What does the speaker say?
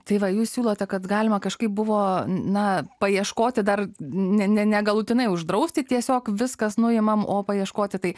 tai va jūs siūlote kad galima kažkaip buvo na paieškoti dar ne ne ne galutinai uždrausti tiesiog viskas nuimame o paieškoti tai